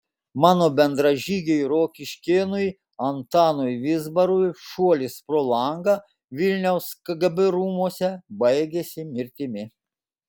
mano bendražygiui rokiškėnui antanui vizbarui šuolis pro langą vilniaus kgb rūmuose baigėsi mirtimi